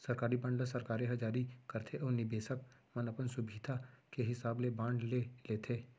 सरकारी बांड ल सरकारे ह जारी करथे अउ निबेसक मन अपन सुभीता के हिसाब ले बांड ले लेथें